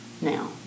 now